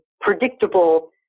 predictable